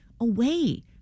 away